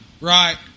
Right